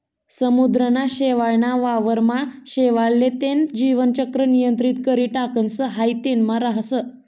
समुद्रना शेवाळ ना वावर मा शेवाळ ले तेन जीवन चक्र नियंत्रित करी टाकणस हाई तेनमा राहस